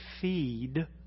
feed